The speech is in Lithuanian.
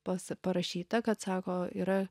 pas parašyta kad sako yra